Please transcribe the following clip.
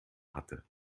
hatte